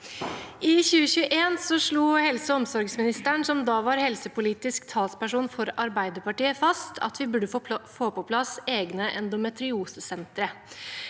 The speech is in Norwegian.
«I 2021 slo helse- og omsorgsministeren, som da var helsepolitisk talsperson for Arbeiderpartiet, fast at vi burde få på plass egne endometriosesentre.